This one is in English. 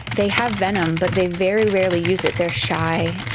they have venom but they very rarely use it, they're shy.